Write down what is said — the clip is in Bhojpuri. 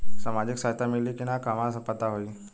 सामाजिक सहायता मिली कि ना कहवा से पता होयी?